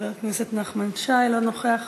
חבר הכנסת נחמן שי, לא נוכח,